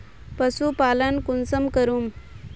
पशुपालन कुंसम करूम?